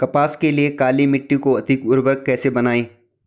कपास के लिए काली मिट्टी को अधिक उर्वरक कैसे बनायें?